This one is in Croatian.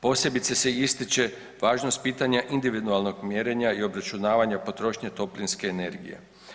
Posebice se ističe važnost pitanja individualnog mjerenja i obračunavanja potrošnje toplinske energije.